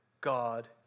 God